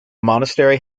monastery